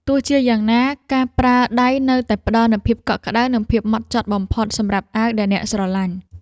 ទោះជាយ៉ាងណាការប្រើដៃនៅតែផ្តល់នូវភាពកក់ក្តៅ និងភាពហ្មត់ចត់បំផុតសម្រាប់អាវដែលអ្នកស្រឡាញ់។